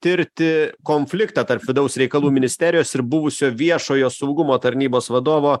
tirti konfliktą tarp vidaus reikalų ministerijos ir buvusio viešojo saugumo tarnybos vadovo